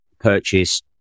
purchase